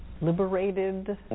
liberated